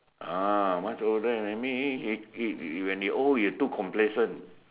ah much older than me it it's when you old you too complacent